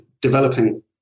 developing